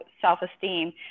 self-esteem